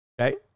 Okay